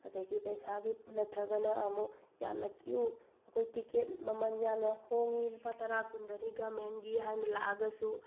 ꯑꯗꯒꯤ ꯄꯩꯁꯥꯒꯤ ꯅꯠꯇ꯭ꯔꯒꯅ ꯑꯃꯨꯛ ꯌꯥꯝꯅ ꯀ꯭ꯌꯨ ꯑꯩꯈꯣꯏ ꯇꯤꯛꯀꯦꯠ ꯃꯃꯟ ꯌꯥꯝꯅ ꯍꯣꯡꯉꯤ ꯂꯨꯄꯥ ꯇꯔꯥ ꯀꯨꯟꯗꯗꯤ ꯒꯣꯕꯔꯃꯦꯟꯒꯤ ꯍꯥꯏꯅ ꯂꯥꯛꯑꯒꯁꯨ